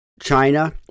China